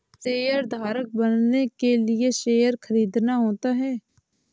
शेयरधारक बनने के लिए शेयर खरीदना होता है